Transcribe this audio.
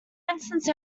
instance